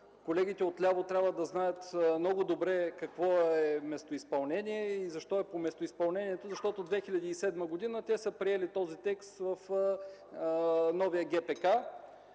колегите отляво трябва да знаят много добре какво е местоизпълнение и защо е по местоизпълнението - защото през 2007 г. те са приели този текст в новия ГПК